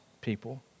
people